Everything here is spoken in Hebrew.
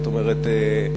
זאת אומרת,